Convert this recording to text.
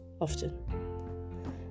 often